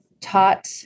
taught